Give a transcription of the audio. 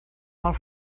pel